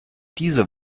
diese